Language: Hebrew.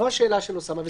זו השאלה של אוסאמה.